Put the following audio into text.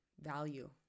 value